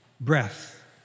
breath